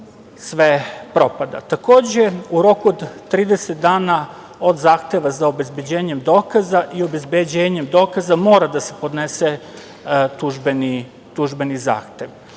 sve propada. Takođe, u roku od 30 dana od zahteva za obezbeđenje dokaza i obezbeđenjem dokaza mora da se podnese tužbeni